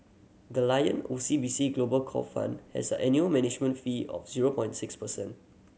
the Lion O C B C Global Core Fund has an annual management fee of zero point six percent